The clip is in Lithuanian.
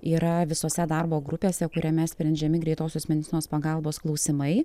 yra visose darbo grupėse kuriame sprendžiami greitosios medicinos pagalbos klausimai